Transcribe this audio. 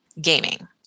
gaming